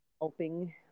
helping